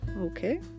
okay